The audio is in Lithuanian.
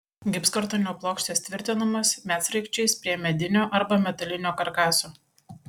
gipskartonio plokštės tvirtinamos medsraigčiais prie medinio arba metalinio karkaso